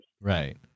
Right